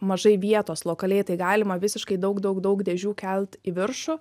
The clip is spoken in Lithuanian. mažai vietos lokaliai tai galima visiškai daug daug daug dėžių kelt į viršų